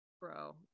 Bro